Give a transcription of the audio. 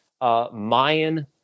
Mayan